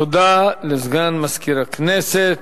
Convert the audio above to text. תודה לסגן מזכירת הכנסת.